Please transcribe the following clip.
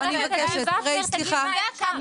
ריי, סליחה.